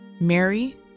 Mary